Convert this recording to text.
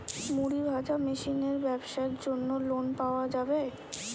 মুড়ি ভাজা মেশিনের ব্যাবসার জন্য লোন পাওয়া যাবে?